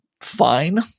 fine